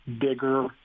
bigger